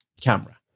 camera